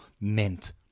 meant